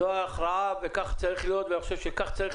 זאת ההכרעה וכך צריך להיות בבטיחות.